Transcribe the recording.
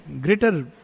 greater